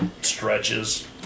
stretches